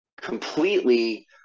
completely